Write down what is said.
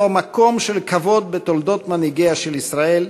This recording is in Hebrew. מקום של כבוד בתולדות מנהיגיה של ישראל,